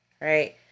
right